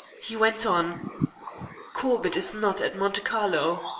he went on corbett is not at monte carlo.